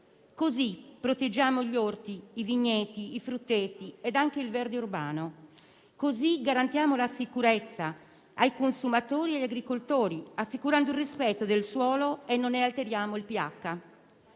Così proteggiamo gli orti, i vigneti, i frutteti e anche il verde urbano. Così garantiamo la sicurezza ai consumatori e agli agricoltori, assicurando il rispetto del suolo e non ne alteriamo il pH,